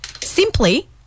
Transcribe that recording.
Simply